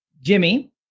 Jimmy